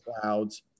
clouds